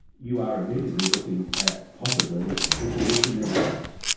you are immediately looking at possibly people losing their lives.